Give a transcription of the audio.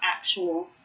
actual